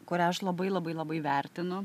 kurią aš labai labai labai vertinu